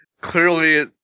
clearly